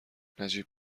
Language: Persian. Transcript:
نجیب